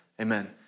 Amen